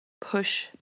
push